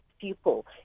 people